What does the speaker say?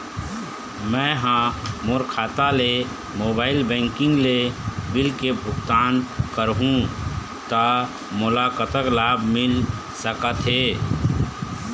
मैं हा मोर खाता ले मोबाइल बैंकिंग ले बिल के भुगतान करहूं ता मोला कतक लाभ मिल सका थे?